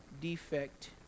defect